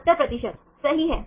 70 प्रतिशत सही है